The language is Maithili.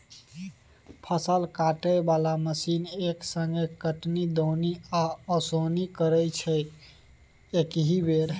फसल काटय बला मशीन एक संगे कटनी, दौनी आ ओसौनी करय छै एकहि बेर